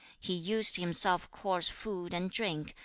he used himself coarse food and drink,